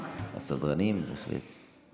הסדרנים, בהחלט.